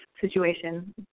situation